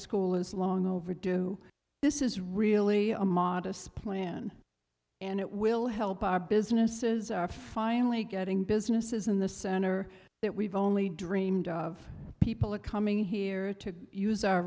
school is long overdue this is really a modest plan and it will help our businesses are finally getting businesses in the center that we've only dreamed of people are coming here to use our